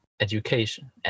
education